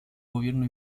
gobierno